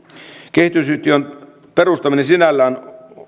kehitysyhtiön perustamista sinällään